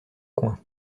coin